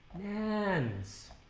and